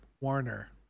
Warner